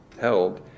held